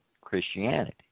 Christianity